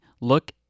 look